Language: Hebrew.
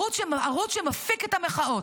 מערוץ שמפיק את המחאות.